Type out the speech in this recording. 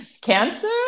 Cancer